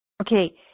Okay